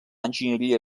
enginyeria